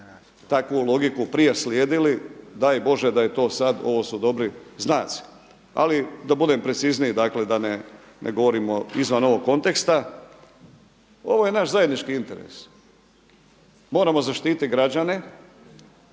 takvu logiku prije slijedili. Daj Bože da je to sad, ovo su dobri znaci. Ali da budem precizniji, dakle da ne govorimo izvan ovog konteksta. Ovo je naš zajednički interes. Moramo zaštititi građane.